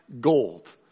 gold